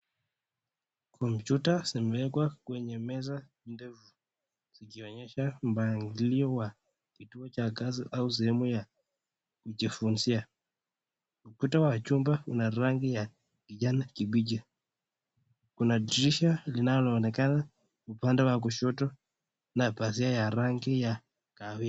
Kompyuta imewekwa kwenye meza ndefu ikionyesha mwangalio wa kituo cha kazi au sehemu ya kujifunzia. Ukuta wa chumba una rangi ya kijani kibichi. Kuna dirisha linaloonekana upande wa kushoto na pazia ya rangi ya kahawia.